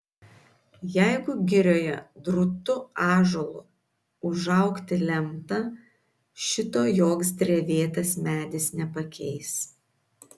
jeigu girioje drūtu ąžuolu užaugti lemta šito joks drevėtas medis nepakeis